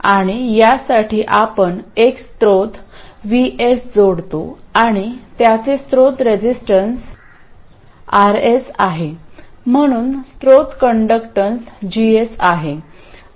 आणि यासाठी आपण एक स्रोत VS जोडतो आणि त्याचे स्त्रोत रजिस्टन्स RS आहे म्हणून स्त्रोत कंडक्टन्स GS आहे